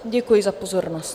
Děkuji za pozornost.